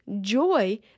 joy